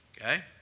Okay